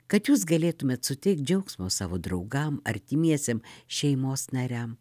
kad jūs galėtumėt suteikt džiaugsmo savo draugam artimiesiem šeimos nariam